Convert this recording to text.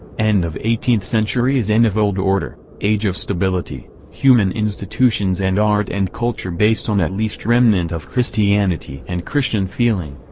end of eighteenth century is end of old order age of stability, human institutions and art and culture based on at least remnant of christianity and christian feeling.